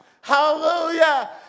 Hallelujah